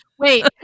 Wait